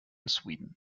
sweden